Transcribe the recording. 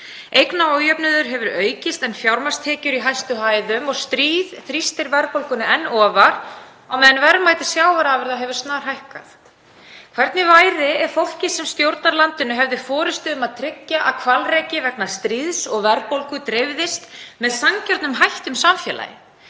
eignaójöfnuður hefur aukist en fjármagnstekjur eru í hæstu hæðum og stríð þrýstir verðbólgunni enn ofar á meðan verðmæti sjávarafurða hefur snarhækkað. Hvernig væri ef fólkið sem stjórnar landinu hefði forystu um að tryggja að hvalreki vegna stríðs og verðbólgu dreifðist með sanngjörnum hætti um samfélagið?